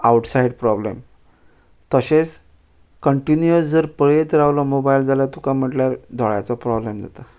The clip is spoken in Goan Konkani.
आवट सायड प्रॉब्लम तशेंच कंटिन्युअस जर पळयत रावलो मोबायल जाल्या तुका म्हटल्यार दोळ्यांचो प्रॉब्लम जाता